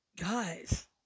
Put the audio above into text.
Guys